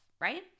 right